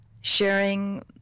sharing